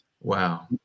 wow